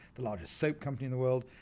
the largest soap company in the world.